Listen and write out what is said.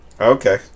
Okay